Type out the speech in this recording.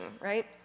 right